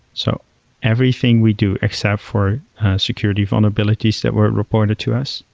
so everything we do, except for security vulnerabilities that were reported to us,